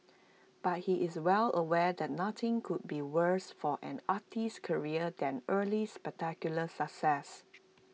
but he is well aware that nothing could be worse for an artist's career than early spectacular success